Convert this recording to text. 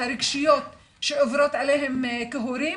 הרגשיות שעוברות עליהם כהורים,